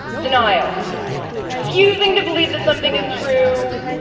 denial refusing to believe that something is true,